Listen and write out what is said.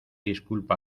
disculpa